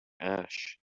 ash